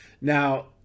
Now